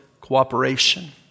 cooperation